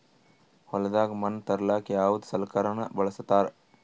ಹೊಲದಾಗ ಮಣ್ ತರಲಾಕ ಯಾವದ ಸಲಕರಣ ಬಳಸತಾರ?